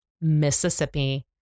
Mississippi